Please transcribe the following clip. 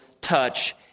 touch